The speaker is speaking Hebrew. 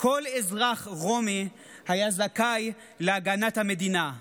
כל אזרח רומי היה זכאי להגנת המדינה,